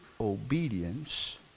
obedience